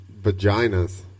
vaginas